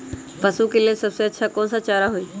पशु के लेल सबसे अच्छा कौन सा चारा होई?